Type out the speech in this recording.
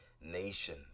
Nation